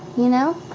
you know?